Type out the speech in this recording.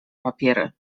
papiery